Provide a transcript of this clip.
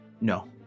No